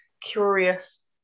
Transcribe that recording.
curious